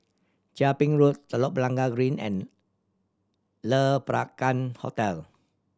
Chia Ping Road Telok Blangah Green and Le Peranakan Hotel